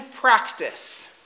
practice